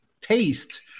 taste